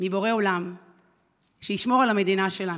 מבורא עולם שישמור על המדינה שלנו,